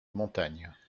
montagne